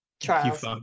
Trials